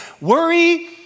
worry